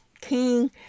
King